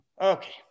okay